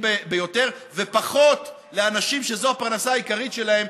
ביותר ופחות לאנשים שזו הפרנסה העיקרית שלהם,